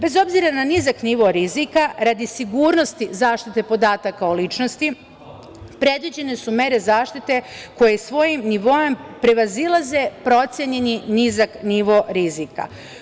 Bez obzira na nizak nivo rizika radi sigurnosti zaštite podataka o ličnosti predviđene su mere zaštite koje svojim nivoom prevazilaze procenjeni nizak nivo rizika.